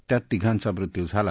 त्यात तिघांचा मृत्यू झाला